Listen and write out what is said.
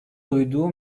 duyduğu